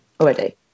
already